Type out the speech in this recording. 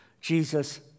Jesus